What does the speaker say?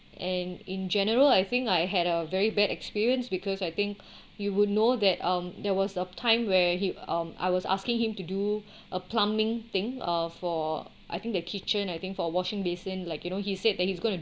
and in general I think I had a very bad experience because I think you would know that um there was a time where he um I was asking him to do a plumbing thing uh for I think the kitchen I think for washing basin like you know he said that he's gonna